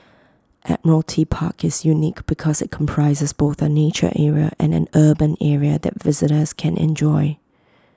Admiralty Park is unique because IT comprises both A nature area and an urban area that visitors can enjoy